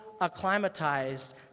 acclimatized